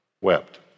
wept